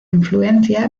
influencia